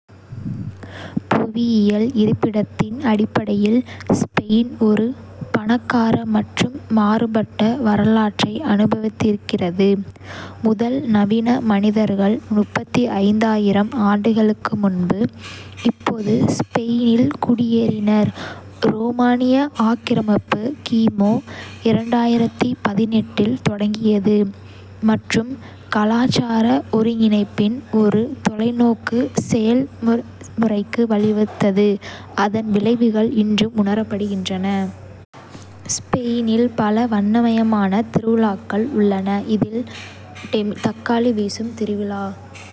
புவியியல் இருப்பிடத்தின் அடிப்படையில், ஸ்பெயின் ஒரு பணக்கார மற்றும் மாறுபட்ட வரலாற்றை அனுபவித்திருக்கிறது. முதல் நவீன மனிதர்கள் ஆண்டுகளுக்கு முன்பு இப்போது ஸ்பெயினில் குடியேறினர். ரோமானிய ஆக்கிரமிப்பு கிமு இல் தொடங்கியது மற்றும் கலாச்சார ஒருங்கிணைப்பின் ஒரு தொலைநோக்கு செயல்முறைக்கு வழிவகுத்தது, அதன் விளைவுகள் இன்றும் உணரப்படுகின்றன. ஸ்பெயினில் பல வண்ணமயமான திருவிழாக்கள் உள்ளன, இதில் தக்காளி வீசும் திருவிழா.